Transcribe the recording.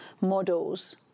models